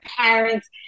parents